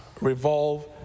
revolve